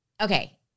okay